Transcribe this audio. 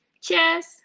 Cheers